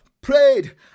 prayed